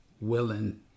willing